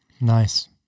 Nice